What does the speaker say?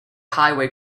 highway